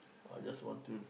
I just want to